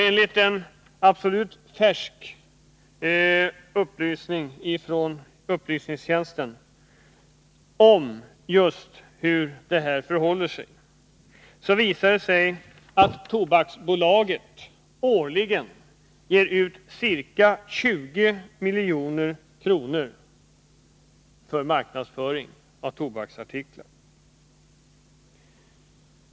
Enligt en färsk uppgift om hur det förhåller sig på denna punkt visar det sig att Tobaksbolaget årligen ger ut ca 20 milj.kr. på marknadsföring av tobaksartiklar.